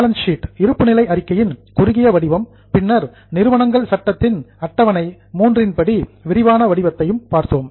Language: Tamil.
பேலன்ஸ் ஷீட் இருப்புநிலை அறிக்கையின் குறுகிய வடிவம் பின்னர் நிறுவனங்கள் சட்டத்தின் ஷெட்யூல் அட்டவணை III இன் படி விரிவான வடிவத்தையும் பார்த்தோம்